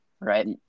Right